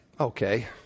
okay